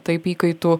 taip įkaitų